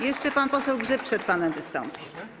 Jeszcze pan poseł Grzyb przed panem wystąpi.